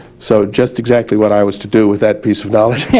so just exactly what i was to do with that piece of knowledge?